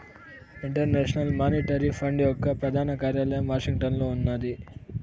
international Monetary Fund యొక్క ప్రధాన కార్యాలయం వాషింగ్టన్లో ఉన్నాది